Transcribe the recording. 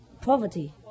Poverty